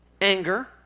anger